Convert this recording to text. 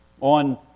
on